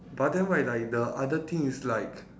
but then right like the other thing is like